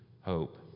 hope